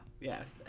yes